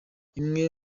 imwe